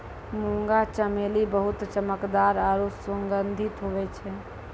मुंगा चमेली बहुत चमकदार आरु सुगंधित हुवै छै